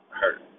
hurt